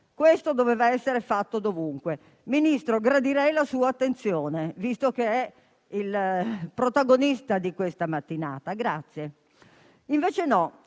questo doveva essere fatto ovunque. Signor Ministro, gradirei la sua attenzione visto che è il protagonista di questa mattinata, grazie. Invece no,